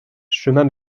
chemin